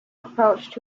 approached